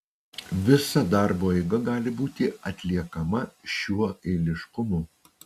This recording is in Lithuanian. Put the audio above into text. visa darbo eiga gali būti atliekama šiuo eiliškumu